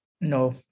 no